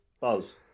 Buzz